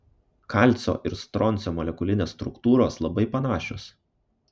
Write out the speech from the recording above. kalcio ir stroncio molekulinės struktūros labai panašios